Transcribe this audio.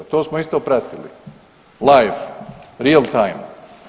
To smo isto pratili, live, real time.